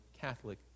Catholic